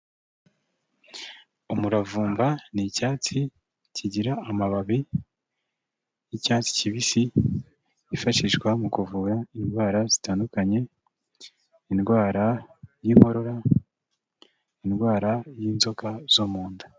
Umuravumba ni icyatsi kigira amababi y'icyatsi kibisi, yifashishwa mu kuvura indwara zitandukanye, indwara y'inkorora, indwara y'inzoka zo munda.